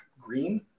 green